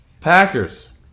Packers